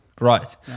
Right